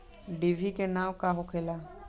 डिभी के नाव का होखेला?